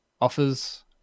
offers